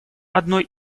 одной